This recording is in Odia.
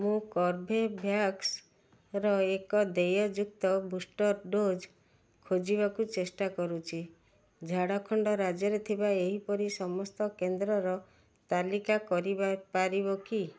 ମୁଁ କର୍ବେଭ୍ୟାକ୍ସର ଏକ ଦେୟଯୁକ୍ତ ବୁଷ୍ଟର୍ ଡୋଜ୍ ଖୋଜିବାକୁ ଚେଷ୍ଟା କରୁଛି ଝାଡ଼ଖଣ୍ଡ ରାଜ୍ୟରେ ଥିବା ଏହିପରି ସମସ୍ତ କେନ୍ଦ୍ରର ତାଲିକା କରିବା ପାରିବ କି